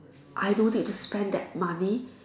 I don't need to spend that money